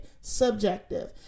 subjective